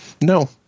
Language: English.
No